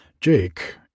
Jake